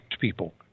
people